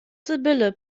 sibylle